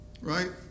Right